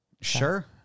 Sure